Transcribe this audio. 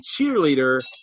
cheerleader